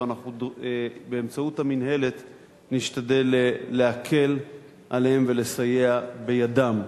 ובאמצעות המינהלת נשתדל להקל עליהם ולסייע בידם.